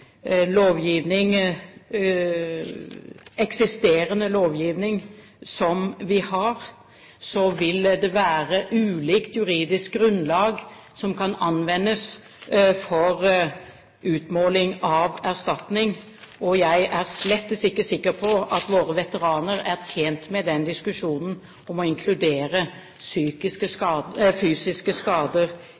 eksisterende lovgivning vil det være ulikt juridisk grunnlag som kan anvendes for utmåling av erstatning. Jeg er slett ikke sikker på at våre veteraner er tjent med diskusjonen om å inkludere fysiske skader i den kompensasjonsordningen som ble etablert med sikte på å fange opp de psykiske